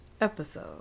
episode